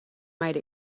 might